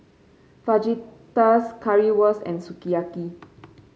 Fajitas Currywurst and Sukiyaki